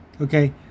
Okay